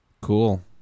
Cool